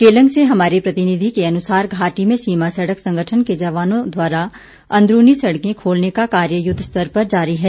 केलंग से हमारे प्रतिनिधि के अनुसार घाटी में सीमा सड़क संगठन के जवानों द्वारा अंदरूनी सड़कें खोलने का कार्य युद्धस्तर पर जारी है